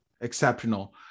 exceptional